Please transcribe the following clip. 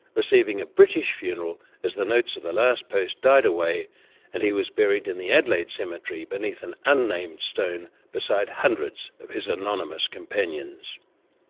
receiving a british funeral as the notes of the last post died away and he was buried in the adelaide cemetery beneath an unnamed stone beside hundreds of his anonymous companions.